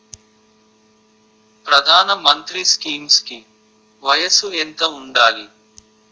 ప్రధాన మంత్రి స్కీమ్స్ కి వయసు ఎంత ఉండాలి?